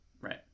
Right